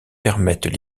permettent